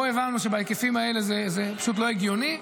פה הבנו שבהיקפים האלה זה לא הגיוני,